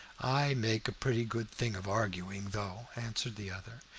i make a pretty good thing of arguing, though, answered the other.